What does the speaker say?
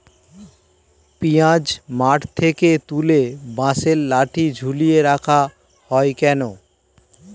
পিঁয়াজ মাঠ থেকে তুলে বাঁশের লাঠি ঝুলিয়ে রাখা হয় কেন?